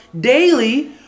daily